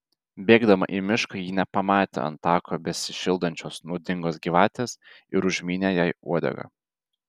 bėgdama į mišką ji nepamatė ant tako besišildančios nuodingos gyvatės ir užmynė jai uodegą